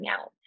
out